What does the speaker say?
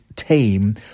Team